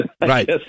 right